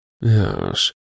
Yes